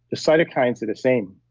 the cytokines are the same.